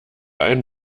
ein